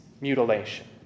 mutilation